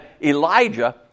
Elijah